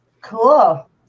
Cool